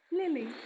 Lily